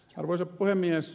arvoisa puhemies